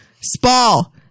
Spall